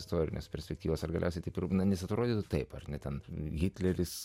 istorines perspektyvas ar galiausiai trukdantis atrodyti taip ar ne ten hitleris